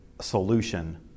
solution